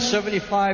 75